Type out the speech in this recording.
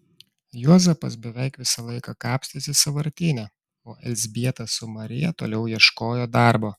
juozapas beveik visą laiką kapstėsi sąvartyne o elzbieta su marija toliau ieškojo darbo